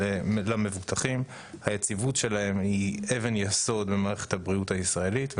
למבוטחים והיציבות שלהם היא אבן יסוד במערכת הבריאות הישראלית,